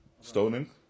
Stoning